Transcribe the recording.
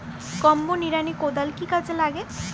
Combo নিড়ানি কোদাল কি কাজে লাগে?